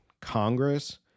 Congress